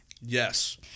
Yes